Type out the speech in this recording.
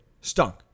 Stunk